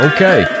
Okay